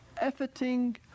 efforting